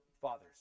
fathers